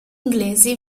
inglesi